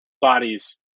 bodies